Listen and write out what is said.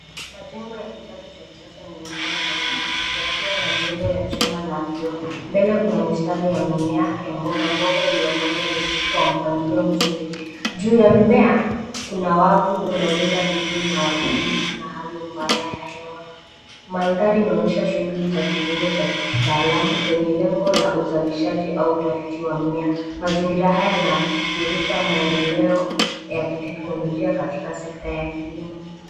Majengo ya kitalu cha kisasa yanaonekana kwa nyuma yakiwa na miundo ya chuma na vioo. Mbele kuna mistari ya mimea ya mboga, mboga iliyopandwa kwa mpangilio. mzuri. Juu ya mimea kuna wavu unaolinda dhidi ya wadudu na hali mbaya ya hewa. Mandhari inaonyesha shughuli za kilimo cha kitaalamu zenye lengo la uzalishaji au utafiti wa mimea. Mazingira haya yanadhihirisha maendeleo ya kiteknolojia katika sekta ya kilimo.